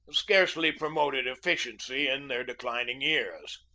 scarcely promoted efficiency in their declining years.